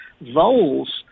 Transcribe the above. Voles